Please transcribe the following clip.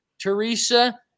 Teresa